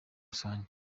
rusange